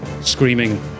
screaming